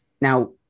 Now